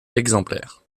exemplaires